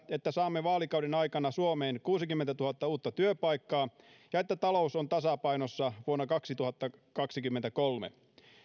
että saamme vaalikauden aikana suomeen kuusikymmentätuhatta uutta työpaikkaa ja että talous on tasapainossa vuonna kaksituhattakaksikymmentäkolme